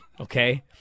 okay